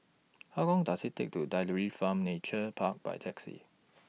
How Long Does IT Take to Dairy Farm Nature Park By Taxi